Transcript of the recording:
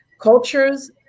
cultures